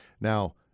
Now